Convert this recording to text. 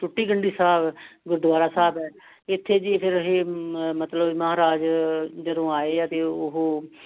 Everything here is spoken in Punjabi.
ਟੁੱਟੀ ਗੰਢੀ ਸਾਹਿਬ ਗੁਰਦੁਆਰਾ ਸਾਹਿਬ ਇੱਥੇ ਜੀ ਫਿਰ ਇਹ ਮ ਮਤਲਬ ਮਹਾਰਾਜ ਜਦੋਂ ਆਏ ਆ ਅਤੇ ਉਹ